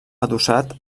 adossat